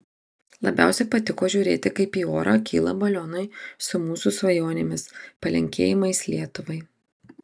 labiausiai patiko žiūrėti kaip į orą kyla balionai su mūsų svajonėmis palinkėjimais lietuvai